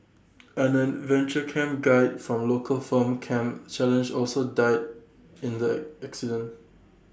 an adventure camp guide from local firm camp challenge also died in the incident